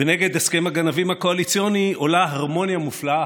ונגד הסכם הגנבים הקואליציוני עולה הרמוניה מופלאה,